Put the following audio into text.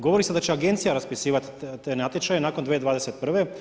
Govori se da će agencija raspisivati te natječaje nakon 2021.